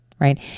Right